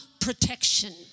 protection